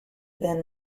than